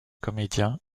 comédiens